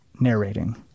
narrating